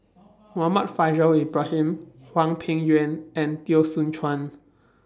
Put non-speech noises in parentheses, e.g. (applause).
(noise) Muhammad Faishal Ibrahim Hwang Peng Yuan and Teo Soon Chuan